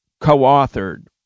co-authored